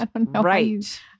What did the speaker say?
Right